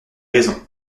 raison